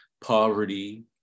poverty